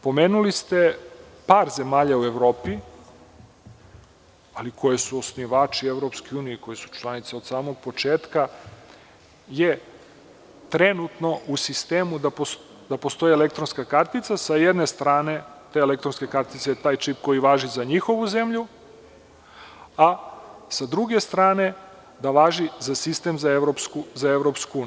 Pomenuli ste par zemalja u Evropi, ali koje su osnivači EU, koje su članice od samog početka, je trenutno u sistemu da postoji elektronska kartica, sa jedne strane te elektronske kartice je taj čip koji važi za njihovu zemlju, a sa druge strane da važi za sistem za EU.